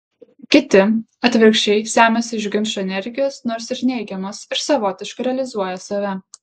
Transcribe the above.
kiti atvirkščiai semiasi iš ginčų energijos nors ir neigiamos ir savotiškai realizuoja save